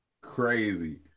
Crazy